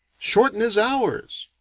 shorten his hours!